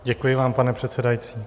Děkuji vám, pane předsedající.